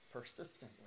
Persistently